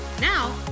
Now